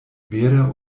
vera